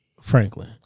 Franklin